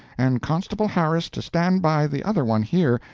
and constable harris to stand by the other one here,